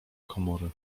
komory